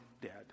dead